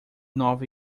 nova